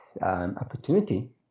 opportunity